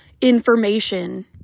information